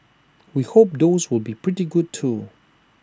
we hope those will be pretty good too